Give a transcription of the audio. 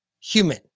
human